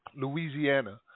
Louisiana